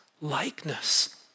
likeness